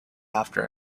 after